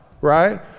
right